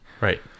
Right